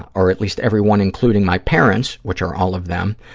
or at least every one including my parents, which are all of them,